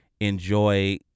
enjoy